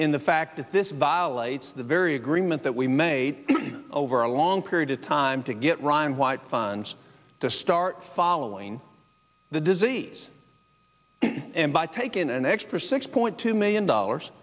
in the fact that this violates the very agreement that we made over a long period of time to get ryan white funds to start following the disease and by taking an extra six point two million dollars